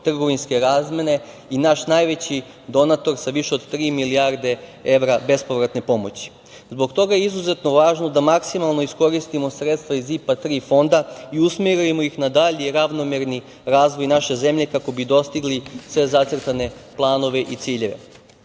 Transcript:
trgovinske razmene i naš najveći donator sa više od tri milijarde evra bespovratne pomoći. Zbog toga je izuzetno važno da maksimalno iskoristimo sredstva iz IPA III fonda i usmerimo ih na dalji ravnomerni razvoj naše zemlje, kako bi dostigli sve zacrtane planove i ciljeve. Pred